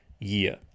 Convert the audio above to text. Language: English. year